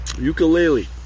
Ukulele